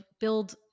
build